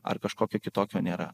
ar kažkokio kitokio nėra